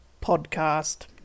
podcast